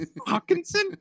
Hawkinson